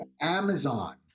Amazon